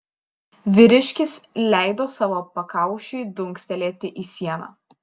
vyriškis leido savo pakaušiui dunkstelėti į sieną